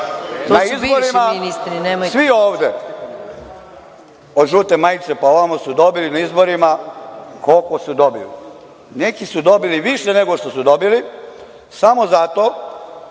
Na izborima svi ovde od žute majice pa na ovamo su dobili na izborima koliko su dobili. Neki su dobili više nego što su dobili samo zato